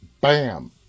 bam